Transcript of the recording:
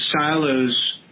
silos